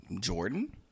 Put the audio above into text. Jordan